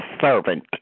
servant